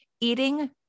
eating